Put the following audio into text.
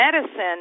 medicine